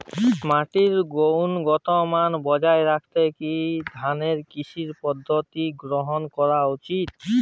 মাটির গুনগতমান বজায় রাখতে কি ধরনের কৃষি পদ্ধতি গ্রহন করা উচিৎ?